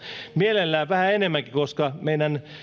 mielellään vähän enemmänkin koska meidän